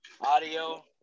audio